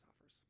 offers